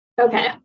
okay